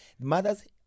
mothers